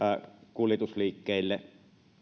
kuljetusliikkeille